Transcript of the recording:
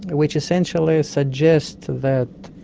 which essentially suggests that,